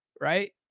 right